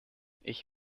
ich